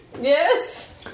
Yes